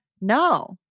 No